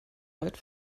weit